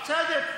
בסדר.